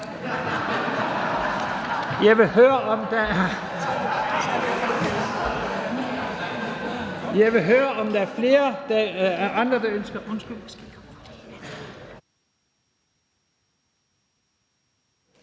Jeg vil høre, om der er flere, der ønsker ordet